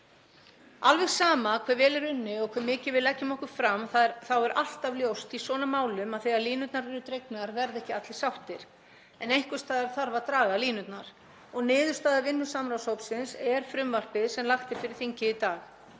Alveg sama hve vel er unnið og hve mikið við leggjum okkur fram þá er alltaf ljóst í svona málum að þegar línurnar eru dregnar verða ekki allir sáttir. En einhvers staðar þarf að draga línurnar. Niðurstaða vinnu samráðshópsins er frumvarpið sem lagt er fyrir þingið í dag.